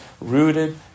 rooted